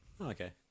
Okay